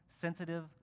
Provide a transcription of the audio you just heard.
sensitive